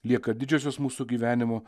lieka didžiosios mūsų gyvenimo